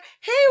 Hey